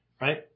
Right